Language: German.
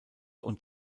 und